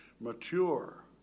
mature